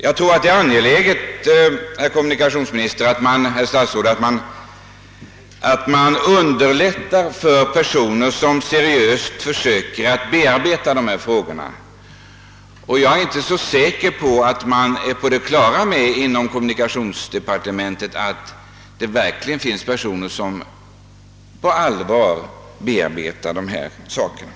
Jag tror att det är angeläget, herr statsråd, att stödja de personer som seriöst försöker att bearbeta dessa frågor. Jag är inte säker på att man inom kommunikationsdepartementet är på det klara med att det verkligen finns personer som på allvar ägnar sig åt denna uppgift.